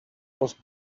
was